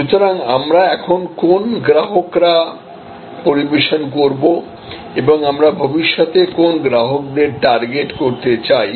সুতরাং আমরা এখন কোন গ্রাহকরা পরিবেশন করব এবং আমরা ভবিষ্যতে কোন গ্রাহকদের টার্গেট করতে চাই